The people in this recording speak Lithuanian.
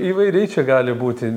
įvairiai čia gali būti